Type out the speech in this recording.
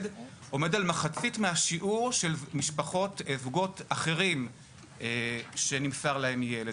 עומד על מחצית מהשיעור של זוגות אחרים שנמסר להם ילד.